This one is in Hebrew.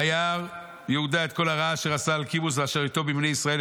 וירא יהודה את כל הרעה אשר עשה אלקימוס ואשר איתו בבני ישראל,